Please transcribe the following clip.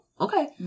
okay